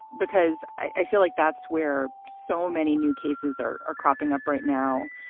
because i feel like that's where so many new cases are are cropping up right now.